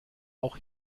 auch